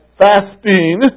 fasting